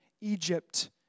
Egypt